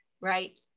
right